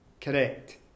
correct